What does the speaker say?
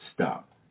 Stop